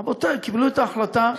רבותי, קיבלו את ההחלטה,